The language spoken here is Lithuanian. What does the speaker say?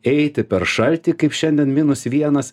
eiti per šaltį kaip šiandien minus vienas